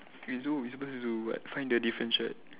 we do we suppose to do what find the difference right